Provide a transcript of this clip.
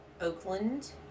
Oakland